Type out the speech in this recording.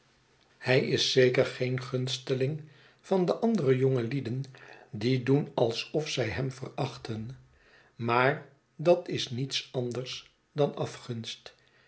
vriendelyk is zeker geen gunsteling van de andere jongelieden die doen alsof zij hem verachten maar dat is niets anders dan afgunst